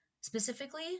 specifically